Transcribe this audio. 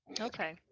Okay